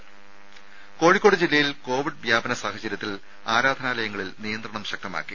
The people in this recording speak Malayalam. രുര കോഴിക്കോട് ജില്ലയിൽ കോവിഡ് വ്യാപന സാഹചര്യത്തിൽ ആരാധനാലയങ്ങളിൽ നിയന്ത്രണം ശക്തമാക്കി